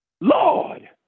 Lord